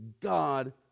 God